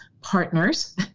partners